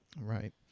Right